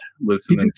listening